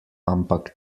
ampak